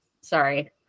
Sorry